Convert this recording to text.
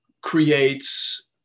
creates